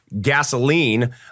gasoline